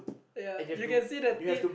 ya you can see the teeth